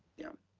yeah.